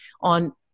on